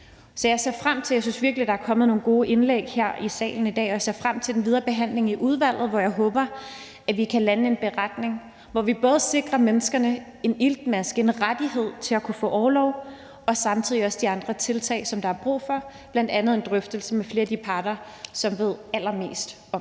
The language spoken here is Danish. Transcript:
jeg ser frem til den videre behandling i udvalget, hvor jeg håber, at vi kan lande en beretning, og at vi både sikrer menneskene en iltmaske, en rettighed til at kunne få orlov, og samtidig også de andre tiltag, der er brug for, bl.a. en drøftelse med flere af de parter, som ved allermest om